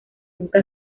nunca